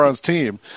team